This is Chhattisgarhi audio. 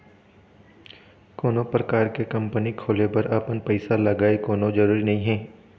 कोनो परकार के कंपनी खोले बर अपन पइसा लगय कोनो जरुरी नइ हे